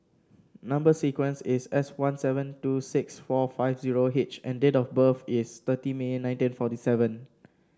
number sequence is S one seven two six four five zero H and date of birth is thirty May nineteen forty seven